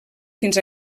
fins